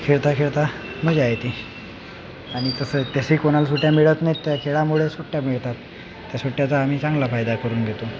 खेळता खेळता मजा येते आणि तसं तसंही कोणाला सुट्ट्या मिळत नाही त्या खेळामुळे सुट्ट्या मिळतात त्या सुट्ट्याचा आम्ही चांगला फायदा करून घेतो